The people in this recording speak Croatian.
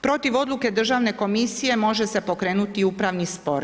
Protiv odluke Državne komisije može se pokrenuti i upravni spor.